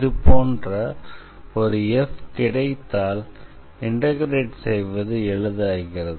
இதுபோன்ற ஒரு f கிடைத்தால் இண்டெக்ரேட் செய்வது எளிதாகிறது